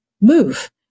move